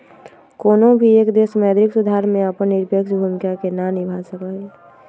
कौनो भी एक देश मौद्रिक सुधार में अपन निरपेक्ष भूमिका के ना निभा सका हई